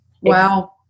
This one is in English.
Wow